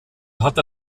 hatte